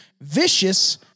vicious